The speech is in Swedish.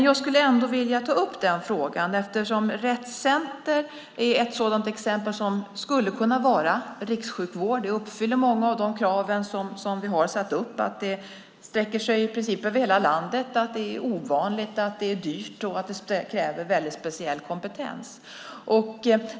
Jag skulle ändå vilja ta upp den frågan eftersom Rett Center är ett sådant exempel som skulle kunna vara rikssjukvård. Det uppfyller många av de krav som vi har satt upp, att det sträcker sig i princip över hela landet, att det som behandlas är ovanligt, att det är dyrt och att det kräver väldigt speciell kompetens.